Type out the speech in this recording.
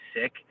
sick